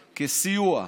זה לא מכובד.